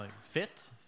fit